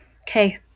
Okay